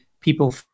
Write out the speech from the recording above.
people